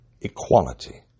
Equality